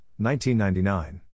1999